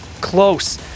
Close